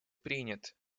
принят